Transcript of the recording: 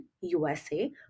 USA